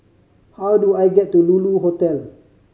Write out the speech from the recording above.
how do I get to Lulu Hotel